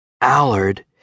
Allard